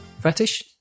fetish